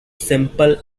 simple